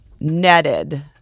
netted